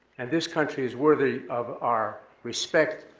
and this country is worthy of our respect,